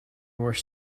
were